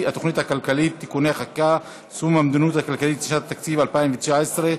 הכלכלית (תיקוני חקיקה ליישום המדיניות הכלכלית לשנת התקציב 2019),